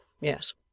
Yes